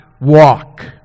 walk